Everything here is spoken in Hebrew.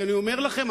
אני אומר לכם,